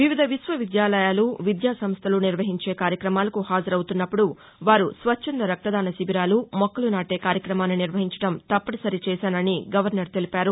వివిధ విశ్వవిద్యాలయాలు విద్యాసంస్లలు నిర్వహించే కార్యక్రమాలకు హాజరవుతున్నప్పుడు వారు స్వచ్చంద రక్తదాస శిబీరాలు మొక్కలు నాటే కార్యక్రమాన్ని నిర్వహించడం తప్పనిసరి చేసానని గవర్నర్ తెలిపారు